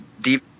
deep